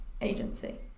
agency